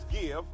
give